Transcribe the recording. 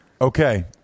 Okay